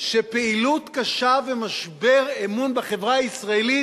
שפעילות קשה ומשבר אמון בחברה הישראלית